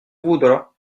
voudras